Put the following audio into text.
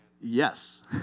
yes